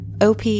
OP